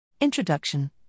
Introduction